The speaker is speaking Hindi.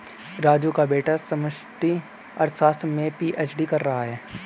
राजू का बेटा समष्टि अर्थशास्त्र में पी.एच.डी कर रहा है